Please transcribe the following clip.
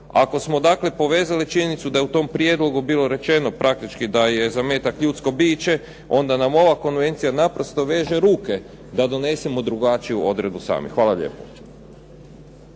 ako smo dakle povezali činjenicu da je u tom prijedlogu bilo rečeno, praktički da je zametak ljudsko biće, onda nam ova konvencija naprosto veže ruke, da donesemo drugačiju odredbu sami. Hvala lijepo.